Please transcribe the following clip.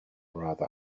rather